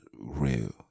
Real